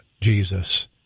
Jesus